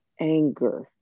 anger